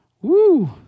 Woo